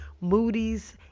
Moody's